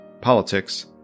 politics